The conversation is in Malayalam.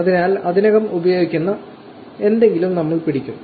അതിനാൽ ഇതിനകം ഉപയോഗിക്കുന്ന എന്തെങ്കിലും നമ്മൾ പിടിക്കും